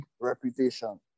reputation